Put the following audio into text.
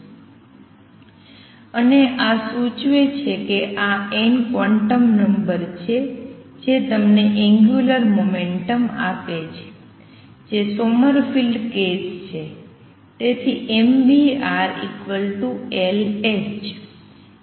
અને આ સૂચવે છે કે આ n ક્વોન્ટમ નંબર છે જે તમને એંગ્યુલર મોમેંટમ આપે છે જે સોમરફિલ્ડ કેસ છે